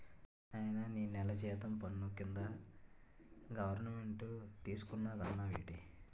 నాయనా నీ నెల జీతం పన్ను కింద గవరమెంటు తీసుకున్నాదన్నావేటి